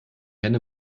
henne